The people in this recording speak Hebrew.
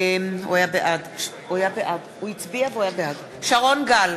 בעד שרון גל,